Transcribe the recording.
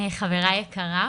חברה יקרה,